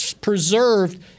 preserved